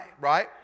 right